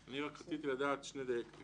ראשית, לגבי